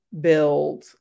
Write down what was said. build